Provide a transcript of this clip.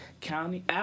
County